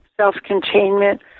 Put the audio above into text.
self-containment